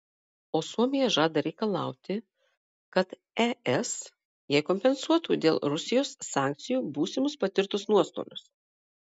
o suomija žada reikalauti kad es jai kompensuotų dėl rusijos sankcijų būsimus patirtus nuostolius